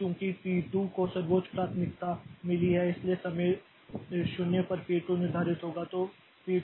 अब चूंकि पी 2 को सर्वोच्च प्राथमिकता मिली है इसलिए समय 0 पर पी 2 निर्धारित है